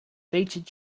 featured